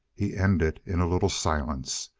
he ended in a little silence.